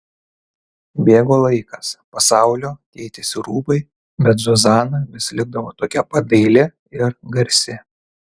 bėgo laikas pasaulio keitėsi rūbai bet zuzana vis likdavo tokia pat daili ir garsi